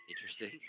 Interesting